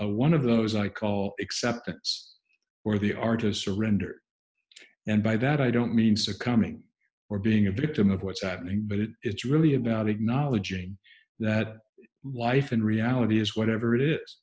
lots one of those i call except that's where the artist surrender and by that i don't mean succumbing or being a victim of what's happening but it it's really about acknowledging that life and reality is whatever it is